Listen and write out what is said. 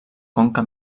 conca